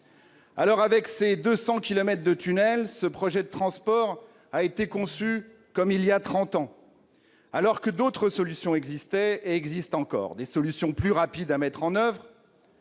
venir. Avec ses 200 kilomètres de tunnels, ce projet de transports a été conçu comme il y a trente ans, alors que d'autres solutions existaient et existent encore ; des solutions plus rapides à mettre en oeuvre,